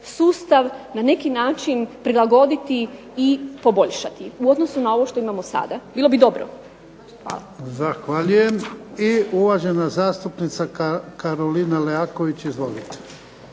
sustav na neki način prilagoditi i poboljšati u odnosu na ovo što imamo sada. Bilo bi dobro. **Jarnjak, Ivan (HDZ)** Zahvaljujem. I uvažena zastupnica Karolina Leaković. Izvolite.